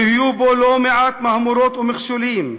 יהיו בו לא מעט מהמורות ומכשולים.